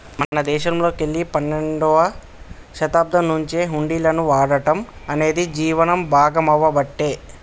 మన దేశంలోకెల్లి పన్నెండవ శతాబ్దం నుంచే హుండీలను వాడటం అనేది జీవనం భాగామవ్వబట్టే